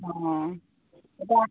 অঁ এতিয়া